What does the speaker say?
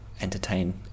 entertain